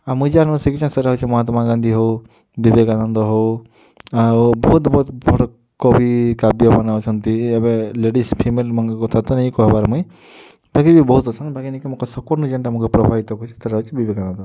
ଆଉ ମୁଇଁ ଯାହାର୍ନୁ ଶିଖିଛେଁ ସେଟା ହେଉଛେ ମହାତ୍ମା ଗାନ୍ଧୀ ହେଉ ବିବେକାନନ୍ଦ ହେଉ ଆଉ ବହୁତ୍ ବହୁତ୍ ବଡ଼ କବି କାବ୍ୟ ମାନେ ଅଛନ୍ତି ଏବେ ଲେଡ଼ିଜ୍ ଫିମେଲ୍ ମାନଙ୍କର୍ କଥା ତ ନାଇଁ କହେବାର୍ ମୁଇଁ ବାକି ବହୁତ୍ ଅଛନ୍ ବାକି ନି କାଏଁ ସବ୍କର୍ନୁ ମତେ ଯେନ୍ଟା ପ୍ରଭାବିତ୍ କରିଛେ ସେଟା ହେଉଛେ ବିବେକାନନ୍ଦ